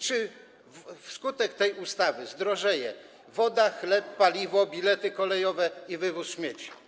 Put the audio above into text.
Czy wskutek tej ustawy zdrożeją: woda, chleb, paliwo, bilety kolejowe i wywóz śmieci?